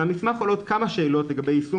מהמסמך עולות כמה שאלות לגבי יישום